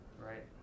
Right